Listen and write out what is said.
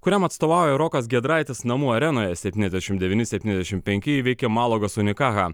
kuriam atstovauja rokas giedraitis namų arenoje septyniasdešim devyni septyniasdešim penki įveikė malagos unikaha